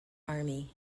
army